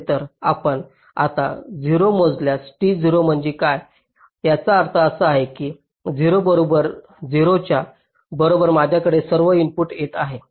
तर आपण आता 0 मोजल्यास t 0 म्हणजे काय याचा अर्थ असा की 0 बरोबर 0 च्या बरोबर माझ्याकडे सर्व इनपुट येत आहेत